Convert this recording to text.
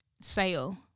sale